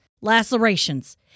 lacerations